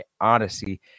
Odyssey